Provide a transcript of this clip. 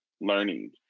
learning